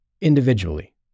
individually